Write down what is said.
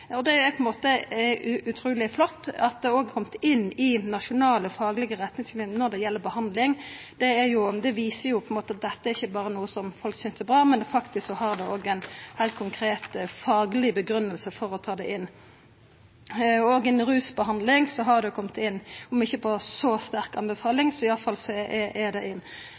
Det er utruleg flott at det òg er kome inn i nasjonale faglege retningslinjer når det gjeld behandling. Det viser jo at dette ikkje berre er noko som folk synest er bra, det er faktisk òg ein heilt fagleg grunn for å ta det inn. Òg innan rusbehandling har det kome inn – om ikkje på så sterk anbefaling, så er det i alle fall inne. Det som interpellanten tar opp, er at når vi alle er så einige, og når det kjem inn